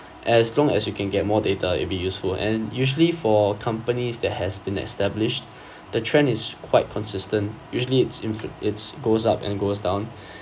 as long as you can get more data it'll be useful and usually for companies that has been established the trend is quite consistent usually it's in f~ it's goes up and goes down